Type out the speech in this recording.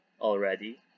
already